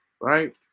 right